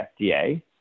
FDA